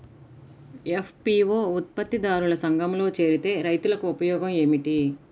FPO ఉత్పత్తి దారుల సంఘములో చేరితే రైతులకు ఉపయోగము ఏమిటి?